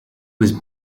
was